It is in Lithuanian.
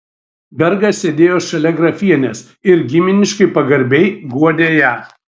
bergas sėdėjo šalia grafienės ir giminiškai pagarbiai guodė ją